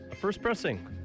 first-pressing